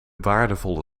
waardevolle